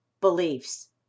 beliefs